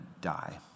die